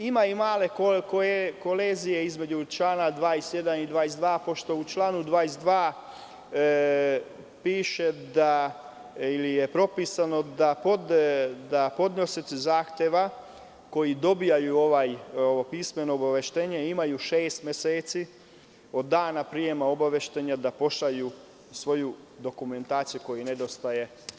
Ima i male kolizije između čl 22. i 27, pošto u članu 22, piše da podnosioci zahteva koji dobijaju pismeno obaveštenje imaju šest meseci od dana prijema obaveštenja da pošalju svoju dokumentaciju koja nedostaje.